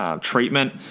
treatment